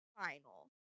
final